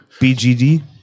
BGD